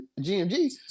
GMG